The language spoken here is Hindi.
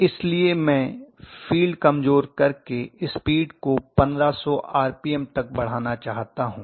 इसलिए मैं फील्ड कमजोर करके स्पीड को 1500 आरपीएम तक बढ़ाना चाहता हूं